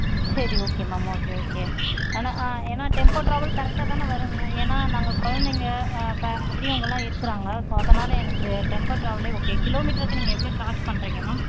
சரி okay ma'am okay okay ஆனால் ஆ ஏன்னால் டெம்ப்போ ட்ராவல் கரெக்டாக தானே வருங்க ஏன்னால் நாங்கள் குழந்தைங்க ப பெரியவங்களெலாம் இருக்கிறாங்க ஸோ அதனால் எனக்கு டெம்ப்போ ட்ராவலே ஓகே கிலோ மீட்டருக்கு நீங்கள் எவ்வளோ சார்ஜ் பண்ணுறீங்க மேம்